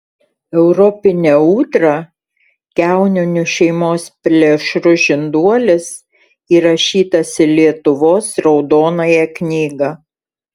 europinė ūdra kiauninių šeimos plėšrus žinduolis įrašytas į lietuvos raudonąją knygą